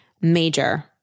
Major